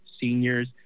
seniors